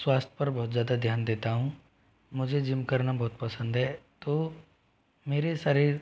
स्वास्थ्य पर बहुत ज़्यादा ध्यान देता हूँ मुझे जिम करना बहुत पसंद है तो मेरे शरीर